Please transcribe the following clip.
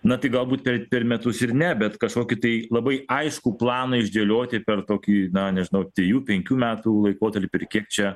na tai galbūt per per metus ir ne bet kažkokį tai labai aiškų planą išdėlioti per tokį na nežinau trijų penkių metų laikotarpį ar kiek čia